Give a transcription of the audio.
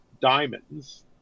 diamonds